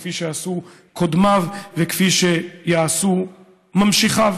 כפי שעשו קודמיו וכפי שיעשו ממשיכיו.